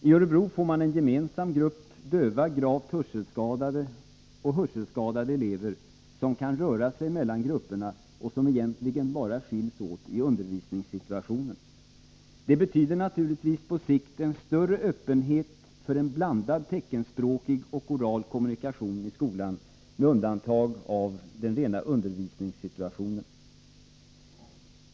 I Örebro får man en gemensam grupp döva, gravt hörselskadade och hörselskadade elever som kan röra sig fritt mellan grupperna och som egentligen bara skiljs åt i undervisningssituationen. Det betyder givetvis på sikt en större öppenhet för en blandad teckenspråkig och oral kommunikation i skolan, med undantag av den rena undervisningssituationen.